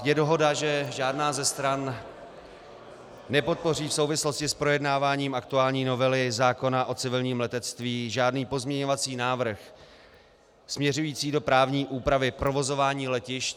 Je dohoda, že žádná ze stran nepodpoří v souvislosti s projednáváním aktuální novely zákona o civilním letectví žádný pozměňovací návrh směřující do právní úpravy provozování letišť.